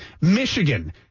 Michigan